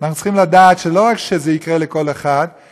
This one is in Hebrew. אנחנו צריכים לדעת שלא רק שזה יקרה לכל אחד,